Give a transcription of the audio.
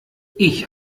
ich